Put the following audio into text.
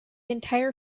entire